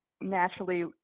naturally